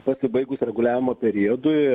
pasibaigus reguliavimo periodui